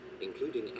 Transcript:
including